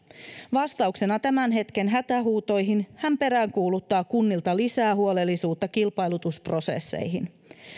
vastauksena tämän hetken hätähuutoihin hän peräänkuuluttaa kunnilta lisää huolellisuutta kilpailutusprosesseihin